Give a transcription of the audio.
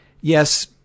yes